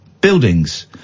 buildings